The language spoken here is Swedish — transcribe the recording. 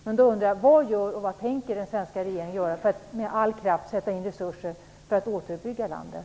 Men då undrar jag: Vad gör den svenska regeringen och vad tänker den svenska regeringen göra för att med all kraft sätta in resurser för att återuppbygga landet?